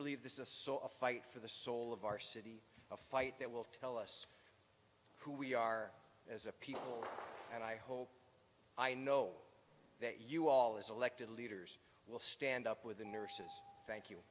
believe this is a fight for the soul of our city a fight that will tell us who we are as a people and i hope i know that you all as elected leaders will stand up with the nurses thank you